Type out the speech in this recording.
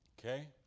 Okay